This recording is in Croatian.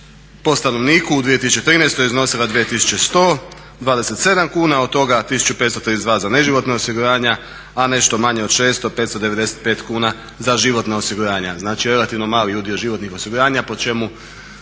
po stanovniku u 2013. je iznosila 2127 kuna, od toga 1532 za neživotna osiguranja, a nešto manje od 600, 595 kuna za životna osiguranja. Znači, relativno mali udio životnih osiguranja po čemu